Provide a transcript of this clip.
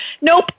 nope